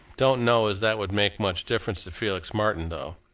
don't know as that would make much difference to felix martin, though.